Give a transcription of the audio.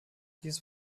dies